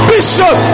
Bishop